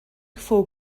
fou